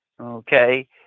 okay